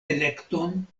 elekton